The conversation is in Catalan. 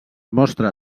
mostra